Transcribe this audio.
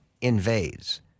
invades